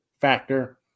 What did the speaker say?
factor